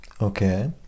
okay